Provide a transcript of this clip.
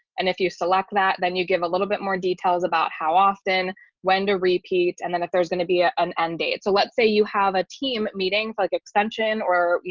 and if you select that, then you give a little bit more details about how often when to repeat and then if there's going to be ah an end date. so let's say you have a team meetings like extension or you